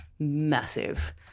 massive